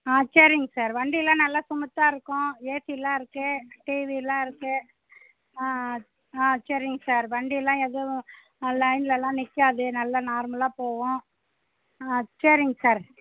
ஆ சரிங்க சார் வண்டியெலாம் நல்ல ஸ்மூத்தாக இருக்கும் ஏஸியெலாம் இருக்குது டிவியெலாம் இருக்குது ஆ ஆ சரிங்க சார் வண்டியெலாம் எதுவும் லைன்லெலாம் நிற்காது நல்லா நார்மலாக போகும் ஆ சரிங்க சார்